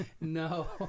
No